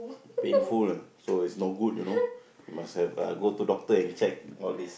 painful ah so it's no good you know you must have uh go to doctor and check all this